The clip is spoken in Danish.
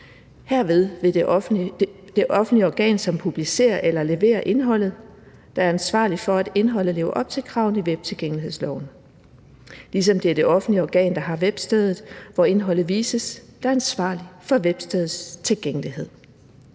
Herved vil det offentlige organ, som publicerer eller leverer indholdet, være ansvarlig for, at indholdet lever op til kravene i webtilgængelighedsloven, ligesom det er det offentlige organ, der har webstedet, hvor indholdet vises, der er ansvarlig for webstedets tilgængelighed.